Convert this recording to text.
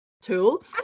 tool